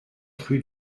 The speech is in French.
rue